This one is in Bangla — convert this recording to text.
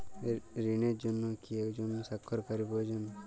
ঋণের জন্য কি একজন স্বাক্ষরকারী প্রয়োজন?